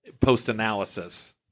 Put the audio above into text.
post-analysis